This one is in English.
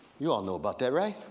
you all know about that right?